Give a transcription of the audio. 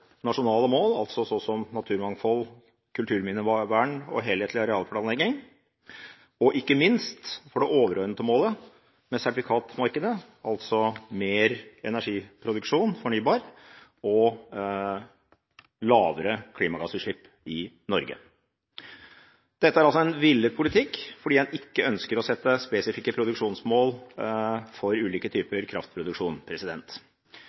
nasjonale mål – som naturmangfold, kulturminnevern og en helhetlig arealplanlegging – og, ikke minst, for det overordnede målet med sertifikatmarkedet, nemlig mer fornybar energi-produksjon og lavere klimagassutslipp i Norge. Dette er altså en villet politikk, fordi en ikke ønsker å sette spesifikke produksjonsmål for ulike